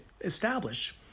establish